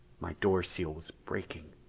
my door seal was breaking.